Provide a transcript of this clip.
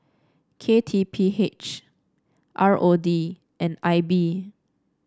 K T P H R O D and I B